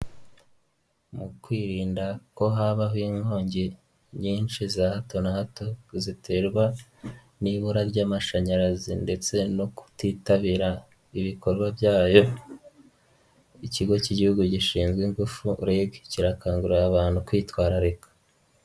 Mu kwirinda ko habaho inkongi nyinshi za hato na hato ziterwa n'ibura ry'amashanyarazi ndetse no kutitabira ibikorwa byayo, ikigo cy'igihugu gishinzwe ingufu REG kirakangurira abantu kwitwararika.